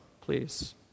please